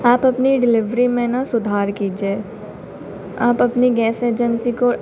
आप अपनी डिलीवरी में न सुधार कीजिए आप अपनी गैस एजेन्सी को